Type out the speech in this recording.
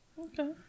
Okay